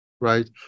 right